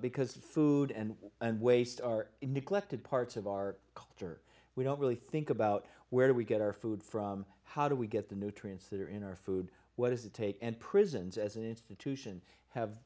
because food and and waste are neglected parts of our culture we don't really think about where do we get our food from how do we get the nutrients that are in our food what does it take and prisons as an institution have